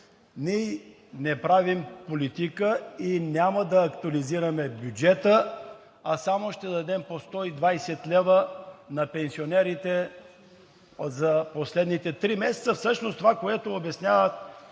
ние не правим политика и няма да актуализираме бюджета, а само ще дадем по 120 лв. на пенсионерите за последните три месеца. Всъщност това, което обясняват